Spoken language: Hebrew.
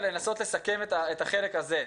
ננסה לסכם את החלק הזה.